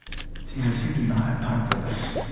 jesus, you do not have time for this.